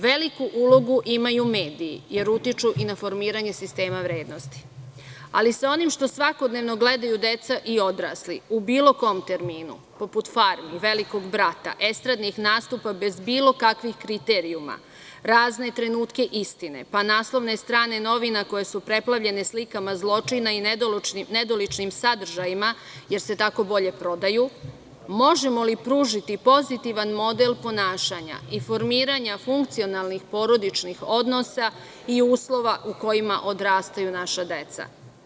Veliku ulogu imaju mediji, jer utiču i na formiranje sistema vrednosti, ali sa onim što svakodnevno gledaju deca i odrasli u bilo kom terminu, poput „Farme“, „Velikog brata“, estradnih nastupa bez bilo kakvih kriterijumima, razne „trenutke istine“, pa naslovne strane novina koje su preplavljene slikama zločina i nedoličnim sadržajima, jer se tako bolje prodaju, možemo li pružiti pozitivan model ponašanja i formiranja funkcionalnih porodičnih odnosa i uslova u kojima odrastaju naša deca.